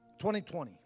2020